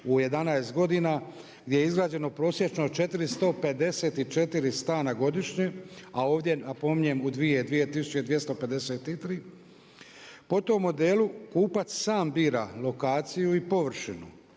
u 11 godina gdje je izgrađeno prosječno 454 stana godišnje a ovdje napominjem u 2253 po tom modelu kupac sam bila lokaciju i površinu